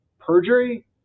perjury